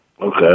Okay